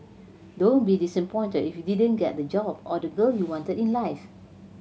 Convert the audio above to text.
don't be disappointed if you didn't get the job or the girl you wanted in life